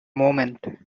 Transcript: moment